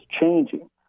changing